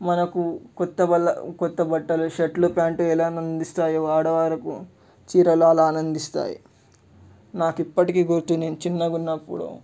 మనకు కొత్త వాళ్ళ కొత్త బట్టలు షర్ట్లు ప్యాంటు ఎలా నందిస్తాయో ఆడవారుకు చీరలు అలా ఆనందిస్తాయి నాకు ఇప్పటికీ గుర్తు నేను చిన్నగున్నప్పుడు